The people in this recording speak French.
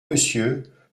monsieur